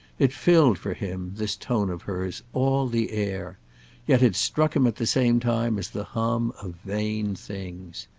it filled for him, this tone of hers, all the air yet it struck him at the same time as the hum of vain things.